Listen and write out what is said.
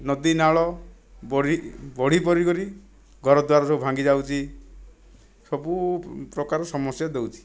ନଦୀ ନାଳ ବଢ଼ି ପରିକରି ଘରଦ୍ଵାର ସବୁ ଭାଙ୍ଗିଯାଉଛି ସବୁ ପ୍ରକାର ସମସ୍ୟା ଦେଉଛି